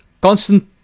constant